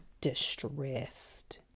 distressed